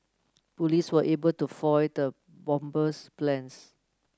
police were able to foil the bomber's plans